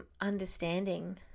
understanding